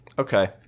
Okay